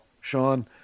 Sean